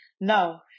No